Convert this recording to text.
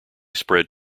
spread